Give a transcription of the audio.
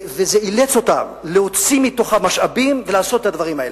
זה אילץ אותם להוציא מתוכם משאבים ולעשות את הדברים האלה.